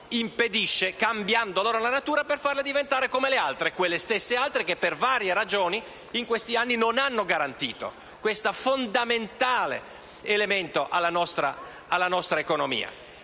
e, cambiando loro natura, le fa diventare come le altre: quelle stesse altre che, per varie ragioni, negli ultimi anni non hanno garantito questo fondamentale elemento alla nostra economia.